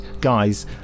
guys